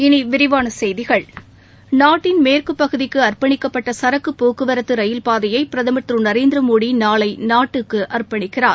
இனி விரிவான செய்கிகள் நாட்டின் மேற்குப்பகுதிக்கு அர்ப்பணிக்கப்பட்ட சரக்கு போக்குவரத்து ரயில்பாதையை பிரதம் திரு நரேந்திரமோடி நாளை நாட்டுக்கு அர்ப்பணிக்கிறார்